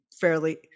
fairly